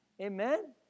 Amen